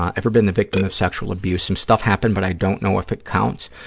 ah ever been the victim of sexual abuse? some stuff happened, but i don't know if it counts.